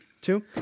Two